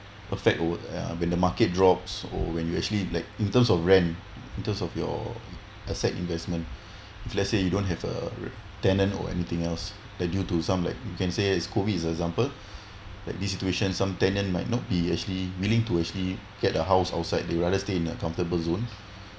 affect your work ya when the market drops or when you actually like in terms of rent in terms of your asset investment if let's say you don't have a tenant or anything else that due to some like you can say like COVID is example like this situation some tenant might not be actually willing to actually get a house outside they rather stay in a comfortable zone